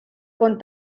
con